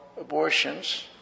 abortions